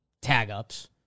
tag-ups